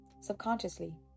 subconsciously